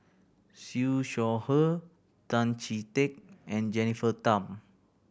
Siew Shaw Her Tan Chee Teck and Jennifer Tham